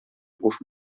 буш